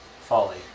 folly